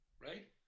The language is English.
right